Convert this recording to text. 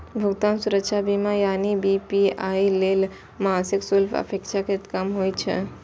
भुगतान सुरक्षा बीमा यानी पी.पी.आई लेल मासिक शुल्क अपेक्षाकृत कम होइ छै